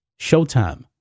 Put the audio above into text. showtime